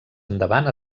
endavant